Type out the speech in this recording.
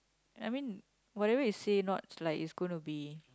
I mean whatever you say not like is gonna be